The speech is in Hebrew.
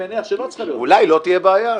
אולי לא תהיה בעיה.